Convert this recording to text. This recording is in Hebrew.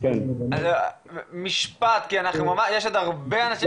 כי מה לעשות,